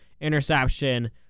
interception